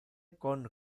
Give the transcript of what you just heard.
con